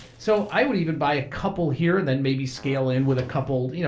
so i would even buy a couple here, and then maybe scale in with a couple, you know